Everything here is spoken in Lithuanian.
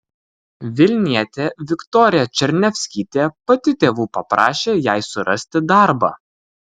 vilnietė viktorija černiavskytė pati tėvų paprašė jai surasti darbą